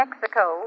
Mexico